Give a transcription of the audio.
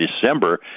December